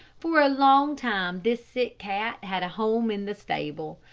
for a long time this sick cat had a home in the stable.